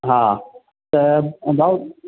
हा त भाउ